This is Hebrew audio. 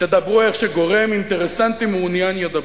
תדברו איך שגורם אינטרסנטי מעוניין ידבר.